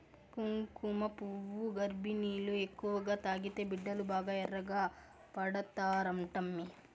కుంకుమపువ్వు గర్భిణీలు ఎక్కువగా తాగితే బిడ్డలు బాగా ఎర్రగా పడతారంటమ్మీ